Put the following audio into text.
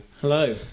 Hello